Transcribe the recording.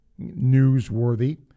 newsworthy